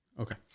Okay